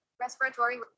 respiratory